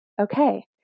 Okay